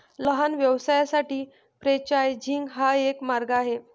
लहान व्यवसायांसाठी फ्रेंचायझिंग हा एक मार्ग आहे